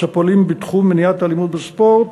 הפועלים בתחום מניעת אלימות בספורט,